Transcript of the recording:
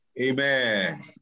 Amen